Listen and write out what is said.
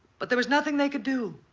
but there was nothing they could do.